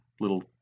Little